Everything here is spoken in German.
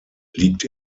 liegt